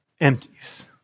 empties